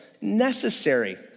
necessary